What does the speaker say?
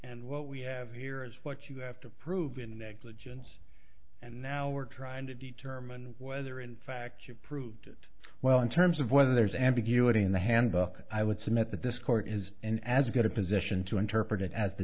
and what we have here is what you have to prove and negligence and now we're trying to determine whether in fact you proved it well in terms of whether there's ambiguity in the handbook i would submit that this court is in as good a position to interpret it as the